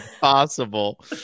possible